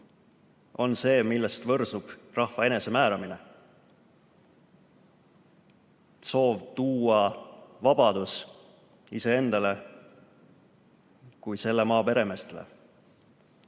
on see, millest võrsub rahva enesemääramine, soov tuua vabadus iseendale kui selle maa peremeestele.